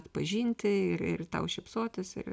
atpažinti ir ir tau šypsotis ir